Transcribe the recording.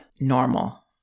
normal